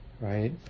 right